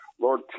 Lord